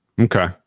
Okay